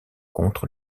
contre